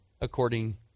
according